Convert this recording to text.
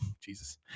jesus